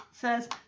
says